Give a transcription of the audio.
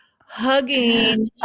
hugging